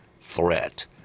threat